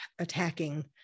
attacking